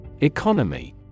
Economy